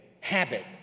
habit